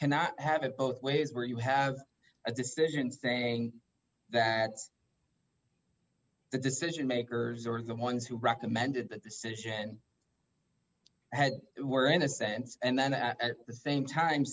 and not have it both ways where you have a decision saying that the decision makers are the ones who recommended that decision and were in a sense and then at the same time